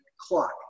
clock